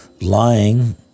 lying